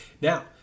Now